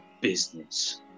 business